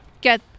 get